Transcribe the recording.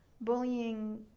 Bullying